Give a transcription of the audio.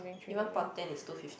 even Pontian is two fifty